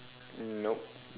nope